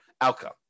outcome